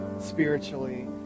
spiritually